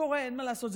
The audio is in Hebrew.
קורה, אין מה לעשות.